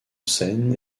scène